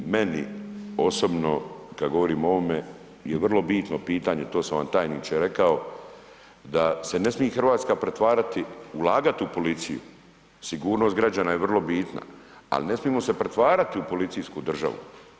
Meni osobno kad govorimo o ovome, je vrlo bitno pitanje to sam vam tajniče rekao da se ne smije Hrvatska pretvarati, ulagat u policiju, sigurnost građana je vrlo bitna, ali ne smijemo se pretvarati u policijsku državu.